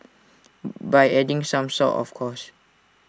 by adding some salt of course